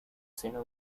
seno